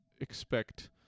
expect